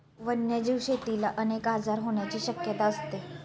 वन्यजीव शेतीला अनेक आजार होण्याची शक्यता असते